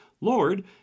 Lord